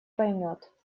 поймет